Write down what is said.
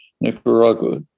Nicaragua